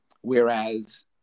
Whereas